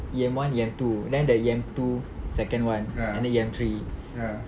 E_M one E_M two then the E_M two second [one] and then E_M three